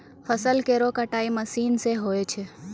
फसल केरो कटाई मसीन सें होय छै